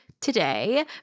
today